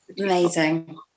Amazing